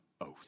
oath